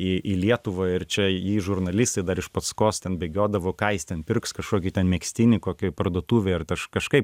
į į lietuvą ir čia jį žurnalistai dar iš paskos ten bėgiodavo ką jis ten pirks kažkokį ten megztinį kokioj parduotuvėj ar kaž kažkaip